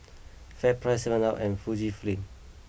FairPrice seven up and Fujifilm